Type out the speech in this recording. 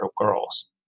girls